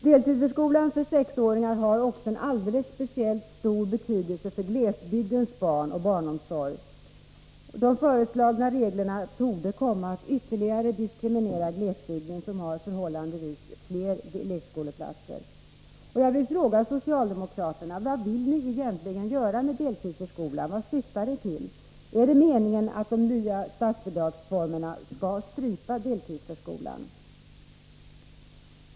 Deltidsförskolan för 6-åringar har också en alldeles speciellt stor betydelse för glesbygdens barn och barnomsorg. De föreslagna reglerna torde komma att ytterligare diskriminera glesbygden, som har förhållandevis fler lekskoleplatser.